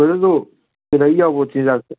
brother ꯑꯗꯣ calorie ꯌꯥꯎꯕ ꯆꯤꯟꯖꯥꯛꯁꯦ